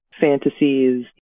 fantasies